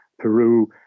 Peru